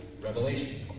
Revelation